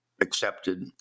accepted